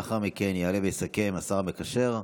לאחר מכן יעלה לסכם השר המקשר,